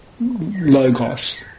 Logos